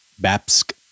Babsk